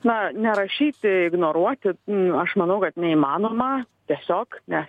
na nerašysi ignoruoti aš manau kad neįmanoma tiesiog ne